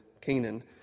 Canaan